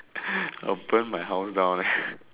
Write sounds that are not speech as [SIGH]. [BREATH] I'll burn my house down [LAUGHS]